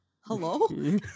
hello